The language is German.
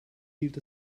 hielt